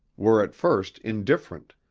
were at first indifferent.